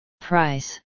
Price